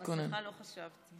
על מסכה לא חשבתי.